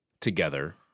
together